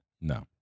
No